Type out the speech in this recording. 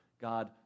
God